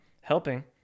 helping